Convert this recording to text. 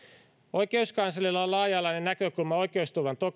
oikeuskanslerilla on laaja alainen näkökulma oikeusturvan